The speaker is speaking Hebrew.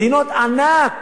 מדינות ענק